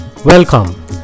Welcome